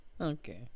Okay